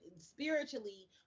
spiritually